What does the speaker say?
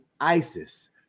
Isis